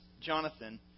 Jonathan